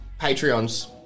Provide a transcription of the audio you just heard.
Patreons